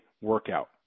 workout